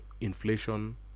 inflation